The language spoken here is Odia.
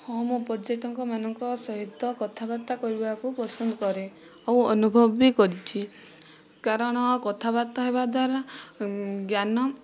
ହଁ ମୁଁ ମୋ ପର୍ଯ୍ୟଟକମାନଙ୍କ ସହିତ କଥାବାର୍ତ୍ତା କରିବାକୁ ପସନ୍ଦ କରେ ଆଉ ଅନୁଭବ ବି କରୁଛି କାରଣ କଥାବାର୍ତ୍ତା ହେବା ଦ୍ୱାରା ଜ୍ଞାନ